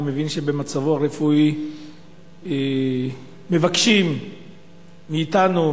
אני מבין שבמצבו הרפואי מבקשים מאתנו,